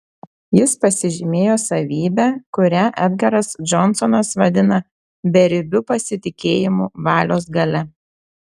jis pasižymėjo savybe kurią edgaras džonsonas vadina beribiu pasitikėjimu valios galia